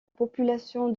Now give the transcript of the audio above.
population